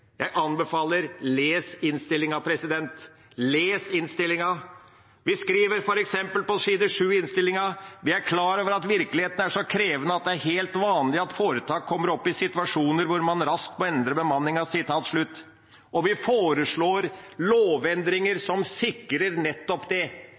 Jeg anbefaler å lese innstillinga. Vi skriver f.eks. på side 7 i innstillinga at vi er «klar over at virkeligheten er så krevende at det er helt vanlig at foretak kommer opp i situasjoner hvor man raskt må endre bemanningen». Og vi foreslår lovendringer